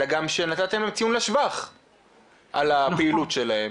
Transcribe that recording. אלא גם שנתתם להם ציון לשבח על הפעילות שלהם